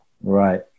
Right